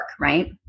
right